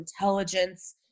intelligence